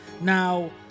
Now